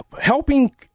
helping